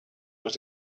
was